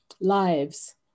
lives